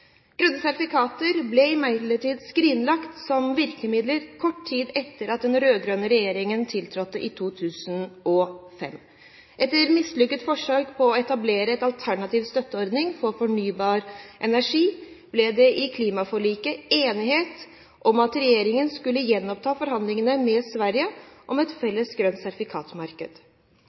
sertifikater ble imidlertid skrinlagt som virkemiddel kort tid etter at den rød-grønne regjeringen tiltrådte i 2005. Etter et mislykket forsøk på å etablere en alternativ støtteordning for fornybar energi ble det i klimaforliket enighet om at regjeringen skulle gjenoppta forhandlingene med Sverige om et felles grønt